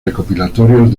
recopilatorios